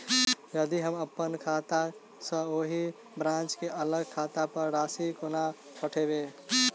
यदि हम अप्पन खाता सँ ओही ब्रांच केँ अलग खाता पर राशि कोना पठेबै?